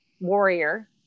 warrior